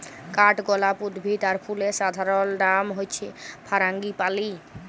কাঠগলাপ উদ্ভিদ আর ফুলের সাধারণলনাম হচ্যে ফারাঙ্গিপালি